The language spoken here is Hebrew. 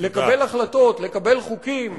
לקבל החלטות, לקבל חוקים,